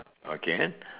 okay